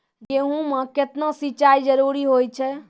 गेहूँ म केतना सिंचाई जरूरी होय छै?